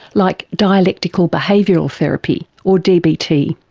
like dialectical behavioural therapy or dbt.